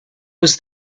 was